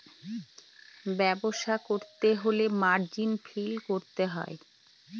ব্যবসা করতে হলে মার্জিন ফিল করতে হয়